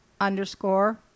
underscore